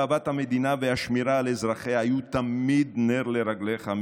אהבת המדינה והשמירה על אזרחי היו תמיד נר לרגליך,